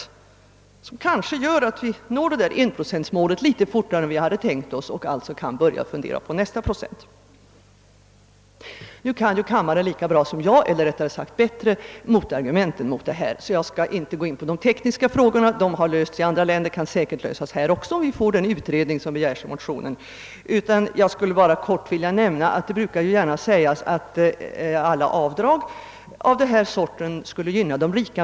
Därmed kanske vi kunde nå enprocentmålet litet fortare än vi hade tänkt oss och kunde börja fundera på nästa procent. Riksdagen kan motargumenten häremot bättre än jag, och jag skall därför inte gå in på de tekniska frågorna — de har lösts i andra länder och kan säkert lösas här också, om vi får den utredning som begärs i motionen. Det brukar gärna sägas att alla avdrag av detta slag mest gynnar de rika.